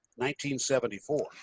1974